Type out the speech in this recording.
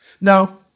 now